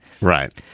Right